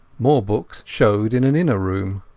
more books showed in an inner room.